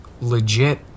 legit